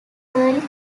curry